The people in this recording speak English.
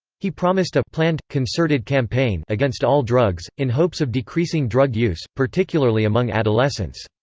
he promised a planned, concerted campaign against all drugs, in hopes of decreasing drug use, particularly among adolescents.